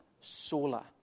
sola